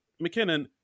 McKinnon